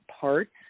parts